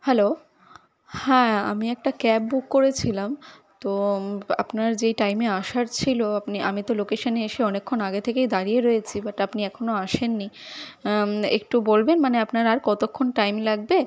hello হ্যাঁ আমি একটা ক্যাব বুক করেছিলাম তো আপনার যেই টাইমে আসার ছিলো আপনি আমি তো লোকেশানে এসে অনেকক্ষণ আগে থেকেই দাঁড়িয়ে রয়েছি বাট আপনি এখনও আসেন নি একটু বলবেন মানে আপনার আর কতোক্ষণ টাইম লাগবে